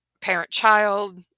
parent-child